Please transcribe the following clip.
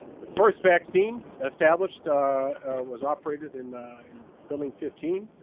the first vaccine established was operated in in building fifteen.